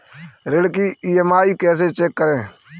ऋण की ई.एम.आई कैसे चेक करें?